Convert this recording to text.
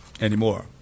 anymore